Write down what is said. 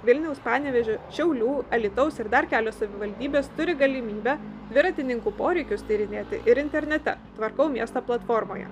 vilniaus panevėžio šiaulių alytaus ir dar kelios savivaldybės turi galimybę dviratininkų poreikius tyrinėti ir internete tvarkau miestą platformoje